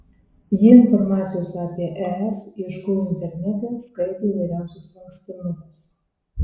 ji informacijos apie es ieškojo internete skaitė įvairiausius lankstinukus